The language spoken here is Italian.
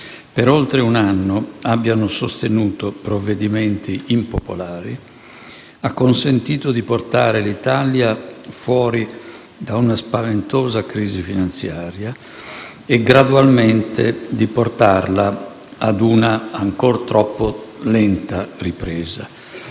per oltre un anno, abbiano sostenuto provvedimenti impopolari, ha consentito di portare l'Italia fuori da una spaventosa crisi finanziaria e gradualmente di portarla ad una ancor troppo lenta ripresa.